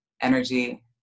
energy